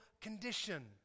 condition